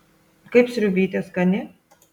kaip sriubytė skani